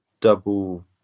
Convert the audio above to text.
double